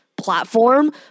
platform